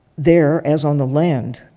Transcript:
there, as on the land,